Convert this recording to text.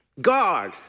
God